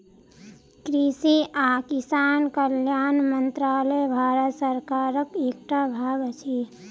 कृषि आ किसान कल्याण मंत्रालय भारत सरकारक एकटा भाग अछि